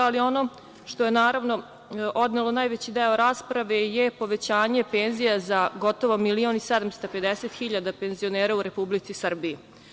Ali, ono što je, naravno, odnelo najveći deo rasprave je povećanje penzija za gotovo 1.750.000 penzionera u Republici Srbiji.